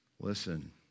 listen